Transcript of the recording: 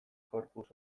corpus